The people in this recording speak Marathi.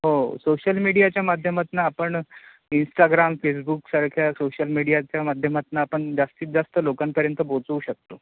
हो सोशल मीडियाच्या माध्यमातनं आपण इंस्टाग्राम फेसबुकसारख्या सोशल मीडियाच्या माध्यमातनं आपण जास्तीत जास्त लोकांपर्यंत पोचवू शकतो